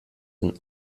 den